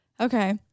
Okay